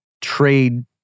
trade